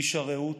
איש הרעות,